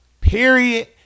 Period